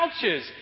couches